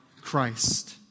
Christ